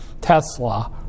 Tesla